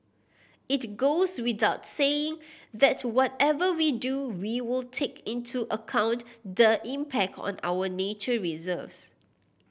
it goes without saying that whatever we do we will take into account the impact on our nature reserves